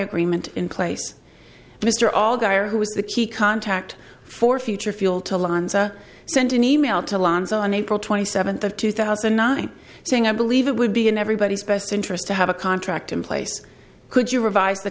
agreement in place mr all guy who was the key contact for future fuel to lanza sent an email to lands on april twenty seventh of two thousand and nine saying i believe it would be in everybody's best interest to have a contract in place could you revise the